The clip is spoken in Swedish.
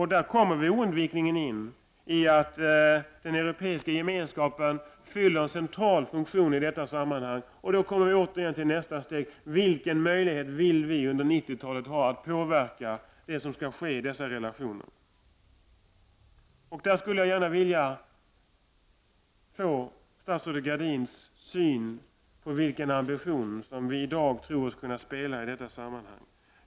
Där kommer vi oundvikligen in på att den Europeiska gemenskapen fyller en central funktion i detta sammanhang. Vi kommer då till nästa steg: Vilken möjlighet vill vi under 1990-talet ha att påverka det som skall ske i dessa relationer? Jag skulle gärna vilja höra statsrådet Gradins syn på vilken roll som vi i dag tror oss kunna spela i det sammanhanget.